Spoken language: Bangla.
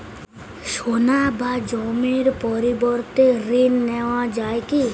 সোনা বা জমির পরিবর্তে ঋণ নেওয়া যায় কী?